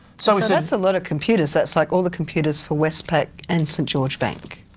so so that's a lot of computers, that's like all the computers for westpac and st george bank?